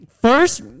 First